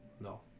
No